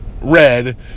Red